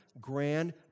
grand